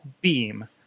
BEAM